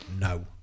no